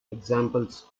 examples